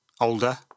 older